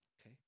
Okay